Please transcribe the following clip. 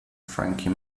frankie